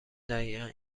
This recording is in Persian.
دقیقن